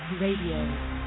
Radio